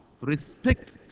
respect